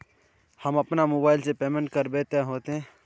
हम अपना मोबाईल से पेमेंट करबे ते होते?